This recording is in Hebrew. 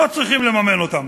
לא צריכים לממן אותם".